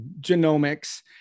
genomics